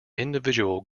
individual